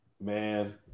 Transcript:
man